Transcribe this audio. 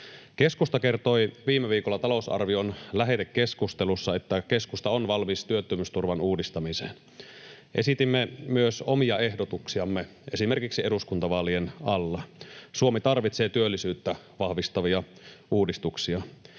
Keskusta kertoi viime viikolla talousarvion lähetekeskustelussa, että keskusta on valmis työttömyysturvan uudistamiseen. Esitimme myös omia ehdotuksiamme esimerkiksi eduskuntavaalien alla. Suomi tarvitsee työllisyyttä vahvistavia uudistuksia.